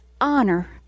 honor